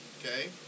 okay